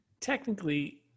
Technically